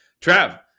Trav